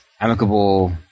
amicable